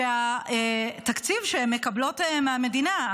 שהתקציב שהן מקבלות מהמדינה,